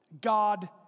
God